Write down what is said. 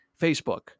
facebook